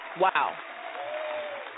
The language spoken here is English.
Wow